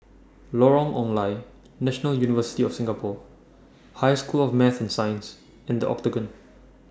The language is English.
Lorong Ong Lye National University of Singapore High School of Math and Science and The Octagon